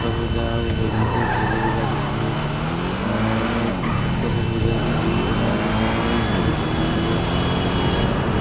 ସବୁ ଯାହା ଆଉ ବୁଝାନ୍ତି ବୁଝି ବୁଝାକି ସବୁ ଉଭୟ ପକ୍ଷକୁ ବୁଝେଇକି ଥାନାକୁ ନେଇକି ଡ଼ାକିକି ତାଙ୍କର କଥା ସବୁ ବୁଝିଦିଅନ୍ତି